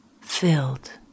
filled